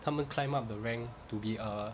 他们 climb up the rank to be a